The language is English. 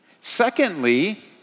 Secondly